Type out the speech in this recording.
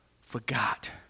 forgot